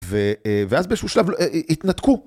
ואז באיזשהו שלב התנתקו.